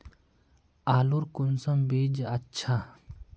आलूर कुंसम बीज अच्छा?